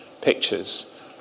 pictures